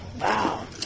Wow